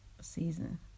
season